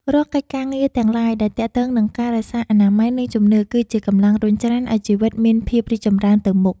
រាល់កិច្ចការងារទាំងឡាយដែលទាក់ទងនឹងការរក្សាអនាម័យ និងជំនឿ គឺជាកម្លាំងរុញច្រានឱ្យជីវិតមានភាពរីកចម្រើនទៅមុខ។